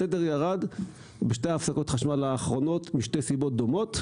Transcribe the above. התדר ירד בשתי הפסקות החשמל האחרונות משתי סיבות דומות,